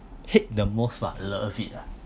hate the most but love it ah